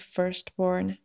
Firstborn